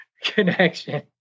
connection